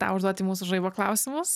tau užduoti mūsų žaibo klausimus